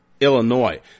Illinois